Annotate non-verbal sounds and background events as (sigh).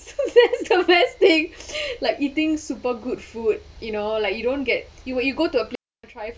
(laughs) that's the best thing like eating super good food you know like you don't get you when you go to a place to try